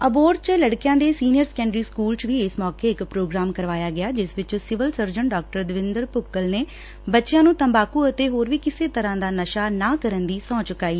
ਅਬੋਹਰ ਦੇ ਲੜਕਿਆਂ ਦੇ ਸੀਨੀਅਰ ਸੈਕੰਡਰੀ ਸਕੂਲ ਚ ਵੀ ਇਸ ਮੌਕੇ ਇਸ ਪ੍ਰੋਗਰਾਮ ਕਰਵਾਇਆ ਗਿਆ ਜਿਸ ਵਿਚ ਸਿਵਲ ਸਰਜਨ ਡਾ ਦਵਿੰਦਰ ਭੁਕੱਲ ਨੇ ਬੱਚਿਆਂ ਨੂੰ ਤੰਬਾਕੂ ਅਤੇ ਹੋਰ ਵੀ ਕਿਸੇ ਤਰੂਾ ਦਾ ਨਸ਼ਾ ਨਾ ਕਰਨ ਦੀ ਸਹੁੰ ਚੁਕਾਈ